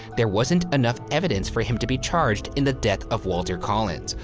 there wasn't enough evidence for him to be charged in the death of walter collins,